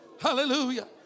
Hallelujah